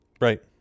right